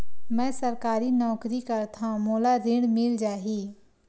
मै सरकारी नौकरी करथव मोला ऋण मिल जाही?